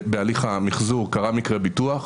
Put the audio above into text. בהליך המחזור קרה מקרה ביטוח,